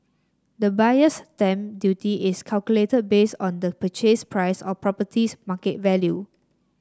the Buyer's Stamp Duty is calculated based on the purchase price or property's market value